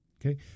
okay